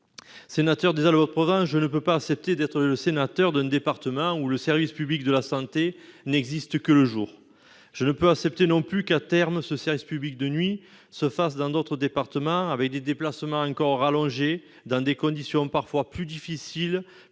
Élu des Alpes-de-Haute-Provence, je ne peux pas accepter d'être le sénateur d'un département où le service public de la santé n'existe que le jour. Je ne peux accepter non plus que, à terme, ce service public de nuit soit assuré dans d'autres départements, ce qui contraindrait les patients à des déplacements encore plus longs, dans des conditions parfois plus difficiles-